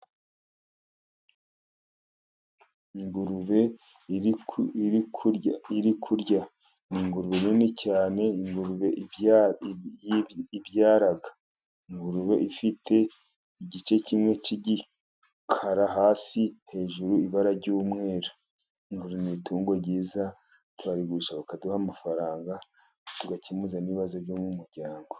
Ingurube iri kurya, ni ingurube nini cyane, ingurube ibyara. Ingurube ifite igice kimwe cy'igikara hasi, hejuru ibara ry'umweru. Ingurube ni itungo ryiza, turabarigusha bakaduha amafaranga, tugakemuza n'ibazo byo mu muryango.